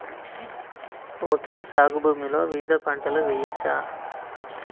Okay సాగు భూమిలో వివిధ పంటలు వెయ్యచ్చా?